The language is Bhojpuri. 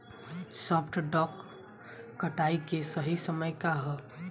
सॉफ्ट डॉ कटाई के सही समय का ह?